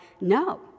no